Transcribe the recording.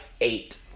eight